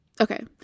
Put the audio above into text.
okay